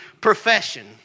profession